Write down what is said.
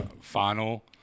final